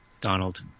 Donald